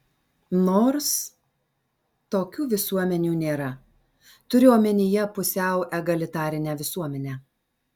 nors tokių visuomenių nėra turiu omenyje pusiau egalitarinę visuomenę